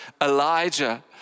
Elijah